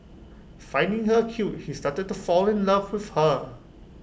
finding her cute he started to fall in love with her